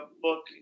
book